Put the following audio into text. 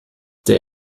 der